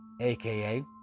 aka